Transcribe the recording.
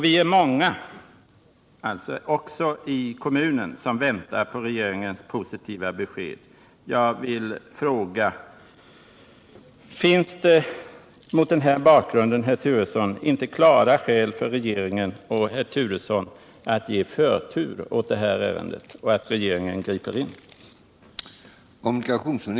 Vi är många, även i kommunen, som väntar på regeringens positiva besked. Jag vill fråga: Finns det mot den bakgrunden, herr Turesson, inte klara skäl för regeringen och herr Turesson att ge förtur åt det här ärendet och för regeringen att gripa in?